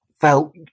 felt